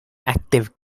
active